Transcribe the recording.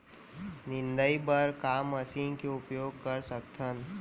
निंदाई बर का मशीन के उपयोग कर सकथन?